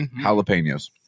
jalapenos